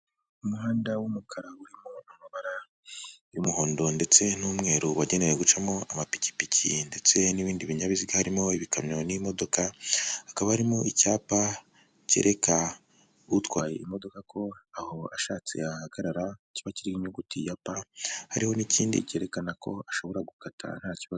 Umuhanda w'umukara urimo amabara y'umuhondo ndetse n'umweru wagenewe gucamo amapikipiki ndetse n'ibindi binyabiziga harimo ibikamyo n'imodoka, hakaba arimo icyapa kereka utwaye imodoka ko aho ashatse yahagarara. Kiba kiriho inyuguti ya P, hariho n'ikindi cyerekana ko ashobora gukata nta kibazo.